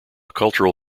cultural